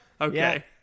Okay